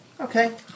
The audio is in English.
Okay